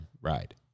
ride